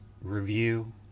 review